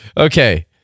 Okay